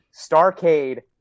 Starcade